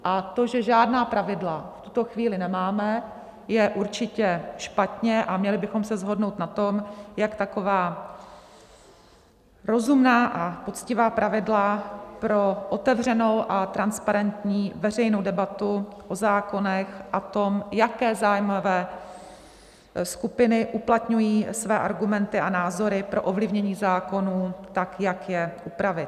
A to, že žádná pravidla v tuto chvíli nemáme, je určitě špatně a měli bychom se shodnout na tom, jak taková rozumná a poctivá pravidla pro otevřenou a transparentní veřejnou debatu o zákonech a o tom, jaké zájmové skupiny uplatňují své argumenty a názory pro ovlivnění zákonů, jak je upravit.